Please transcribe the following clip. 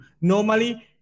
Normally